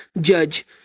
judge